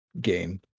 gain